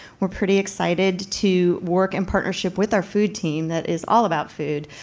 we're pretty excited to work in partnership with our food team that is all about food,